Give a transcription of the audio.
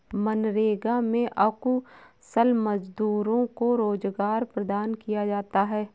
मनरेगा में अकुशल मजदूरों को रोजगार प्रदान किया जाता है